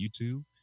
YouTube